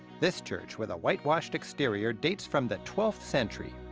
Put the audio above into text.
this church, with a whitewashed exterior, dates from the twelfth century.